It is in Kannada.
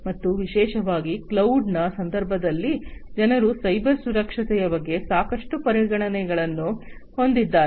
ಮತ್ತು ವಿಶೇಷವಾಗಿ ಕ್ಲೌಡ್ನ ಸಂದರ್ಭದಲ್ಲಿ ಜನರು ಸೈಬರ್ ಸುರಕ್ಷತೆಯ ಬಗ್ಗೆ ಸಾಕಷ್ಟು ಪರಿಗಣನೆಗಳನ್ನು ಹೊಂದಿದ್ದಾರೆ